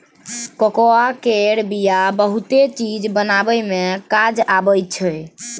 cocoa केर बिया बहुते चीज बनाबइ मे काज आबइ छै